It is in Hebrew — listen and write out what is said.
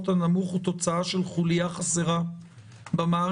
הנמוך הוא תוצאה של חוליה חסרה במערכת,